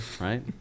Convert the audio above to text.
Right